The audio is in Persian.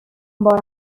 بارمو